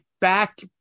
back